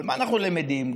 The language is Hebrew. אבל מה אנחנו למדים?